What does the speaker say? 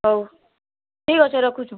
ହଉ ଠିକ୍ ଅଛେ ରଖୁଚୁଁ